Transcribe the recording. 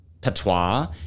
Patois